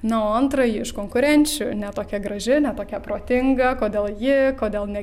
na o antrąjį iš konkurenčių ne tokia graži ne tokia protinga kodėl ji kodėl ne